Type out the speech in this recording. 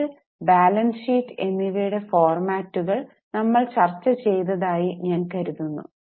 P L balance sheet എന്നിവയുടെ ഫോർമാറ്റുകൾ ഞങ്ങൾ ചർച്ച ചെയ്തതായി ഞാൻ കരുതുന്നു